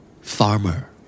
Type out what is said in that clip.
Farmer